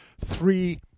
three